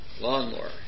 lawnmower